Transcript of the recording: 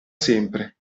sempre